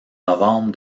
novembre